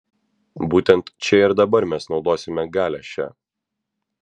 būtent čia ir dabar mes naudosime galią šią